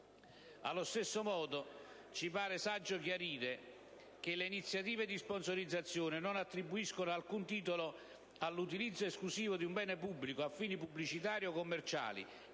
Allo stesso modo ci pare saggio chiarire che le iniziative di sponsorizzazione non attribuiscono alcun titolo all'utilizzo esclusivo di un bene pubblico a fini pubblicitari o commerciali